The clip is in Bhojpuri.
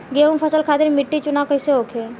गेंहू फसल खातिर मिट्टी चुनाव कईसे होखे?